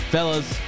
Fellas